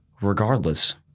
Regardless